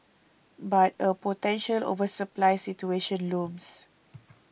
but a potential oversupply situation looms